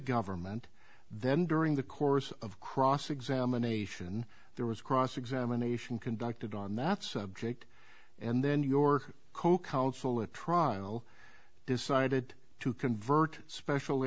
government then during the course of cross examination there was cross examination conducted on that subject and then your co counsel at trial decided to convert special